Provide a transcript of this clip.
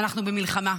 שאנחנו במלחמה.